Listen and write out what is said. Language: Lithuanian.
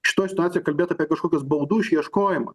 šitoj situacijoj kalbėt apie kažkokius baudų išieškojimą